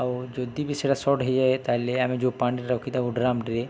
ଆଉ ଯଦି ବି ସେଟା ସର୍ଟ ହେଇଯାଏ ତା'ହେଲେ ଆମେ ଯେଉଁ ପାଣିରେ ରଖିଥାଉ ଡ୍ରମ୍ରେ